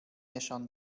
نشان